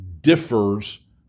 differs